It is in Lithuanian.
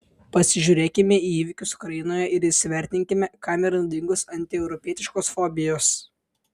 pasižiūrėkime į įvykius ukrainoje ir įsivertinkime kam yra naudingos antieuropietiškos fobijos